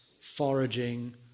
foraging